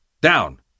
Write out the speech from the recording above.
down